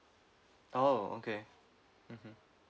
oh okay mmhmm